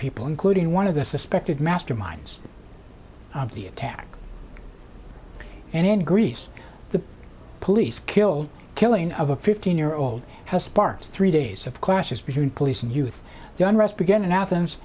people including one of the suspected mastermind of the attack and in greece the police killed killing of a fifteen year old has sparked three days of clashes between police and youth the unrest began in athens